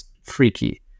freaky